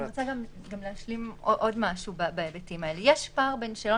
אני רוצה גם להשלים עוד משהו בהיבטים האלה: יש פער בין שאלון